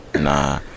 nah